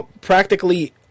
practically